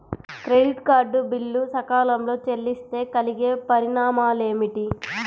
Credit card bill సకాలంలో చెల్లిస్తే కలిగే పరిణామాలేమిటి?